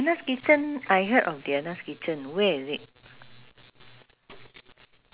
brother married at this uh tepak sireh now is mamanda